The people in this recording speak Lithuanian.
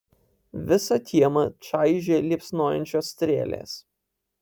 visą kiemą čaižė liepsnojančios strėlės